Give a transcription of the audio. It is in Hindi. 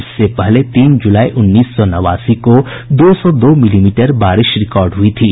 इससे पहले तीन जुलाई उन्नीस सौ नवासी को दो सौ दो मिलीमीटर बारिश रिकॉर्ड हुई थी